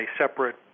separate